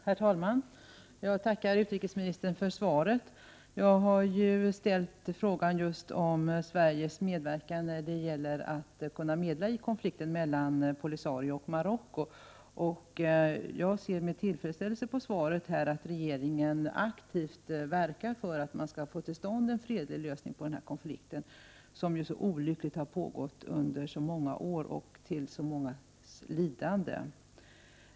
Herr talman! Jag tackar utrikesministern för svaret. Jag har ställt frågan om Sveriges möjligheter att medla i konflikten mellan Polisario och Marocko. Jag ser med tillfredsställelse av svaret att regeringen aktivt verkar för att man skall få till stånd en fredlig lösning av denna olyckliga konflikt, som pågått i så många år och förorsakat så mycket lidande.